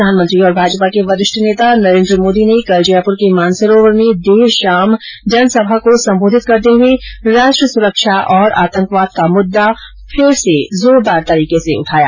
प्रधानमंत्री और भाजपा के वरिष्ठ नेता नरेन्द्र मोदी ने कल जयपुर के मानसरोवर में देर शाम जनसभा को संबोधित करते हुए राष्ट्र सुरक्षा और आतंकवाद का मुददा फिर जोरदार तरीके से उठाया